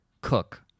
cook